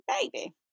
Baby